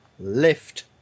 Lift